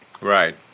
Right